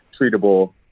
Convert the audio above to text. treatable